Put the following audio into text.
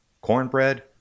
cornbread